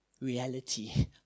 reality